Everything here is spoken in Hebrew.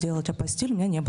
ביתנו העולמי ואני לא